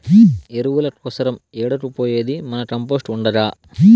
ఎరువుల కోసరం ఏడకు పోయేది మన కంపోస్ట్ ఉండగా